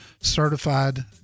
Certified